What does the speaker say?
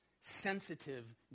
sensitive